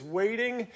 waiting